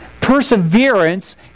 perseverance